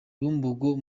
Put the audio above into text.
bumbogo